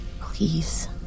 Please